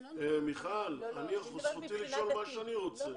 מיכל, זכותי לשאול מה שאני רוצה.